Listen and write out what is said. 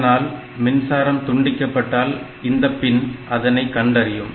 இதனால் மின்சாரம் துண்டிக்கப்பட்டால் இந்த பின் அதனை கண்டறியும்